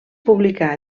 publicà